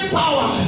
power